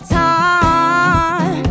time